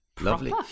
Lovely